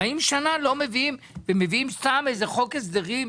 מביאים סתם איזה חוק הסדרים,